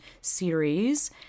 series